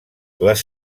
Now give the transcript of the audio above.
les